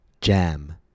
jam